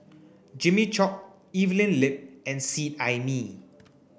Jimmy Chok Evelyn Lip and Seet Ai Mee